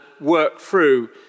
work-through